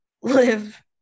live